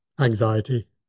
anxiety